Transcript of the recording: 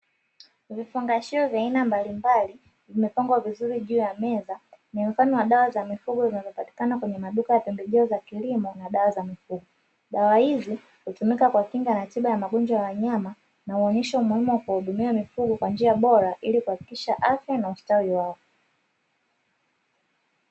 Vifungashio vya aina mbalimbali vimepangwa vizuri juu ya meza ni mfano wa dawa za mifugo zinazopatikana kwenye maduka ya pembejeo za kilimo na dawa za mifugo. Dawa hizi kutumika kwa kinga na tiba ya magonjwa ya wanyama na huonyesha umuhimu wa kuhudumia mifugo kwa njia bora ili kuhakikisha afya na ustawi wake.